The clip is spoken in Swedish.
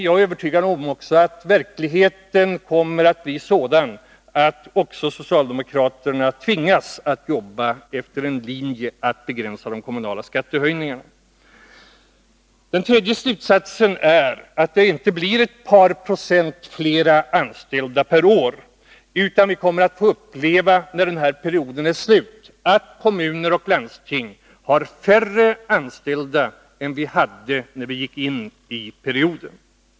Jag är övertygad om att verkligheten kommer att bli sådan att även socialdemokraterna tvingas jobba med att begränsa de kommunala skattehöjningarna. Vidare är min slutsats att det inte blir ett par procent flera anställda per år. När denna period är slut, torde vi få uppleva att kommuner och landsting har färre anställda än vad de hade när valperioden började.